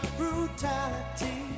brutality